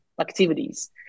activities